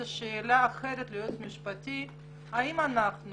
זו שאלה אחרת ליועץ המשפטי והיא האם אנחנו